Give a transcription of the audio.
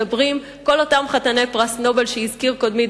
מדברים כל אותם חתני פרס נובל שהזכיר קודמי,